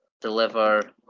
deliver